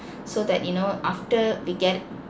so that you know after we get